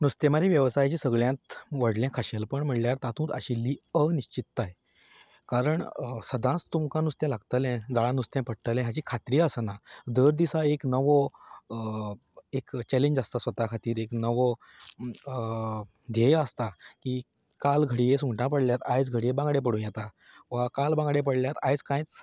नुस्तेंमारी वेवसायाचें सगळ्यांत व्हडलें खाशेलपण म्हणल्यार तातूंत आशिल्ली अनिश्चिताय कारण सदांच तुमकां नुस्तें लागतलें जाळांत नुस्तें पडटलें हाची खात्री आसना दर दिसा एक नवो एक चॅलेंज आसता स्वता खातीर एक नवो ध्येय आसता की काल घडये सुंगटा पडल्यात आयज घडये बांगडे पडूं येता वा काल बांगडे पडल्यात आयज कांयच